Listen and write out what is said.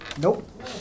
Nope